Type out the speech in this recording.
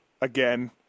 again